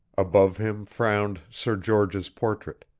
above him frowned sir george's portrait,